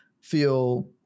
Feel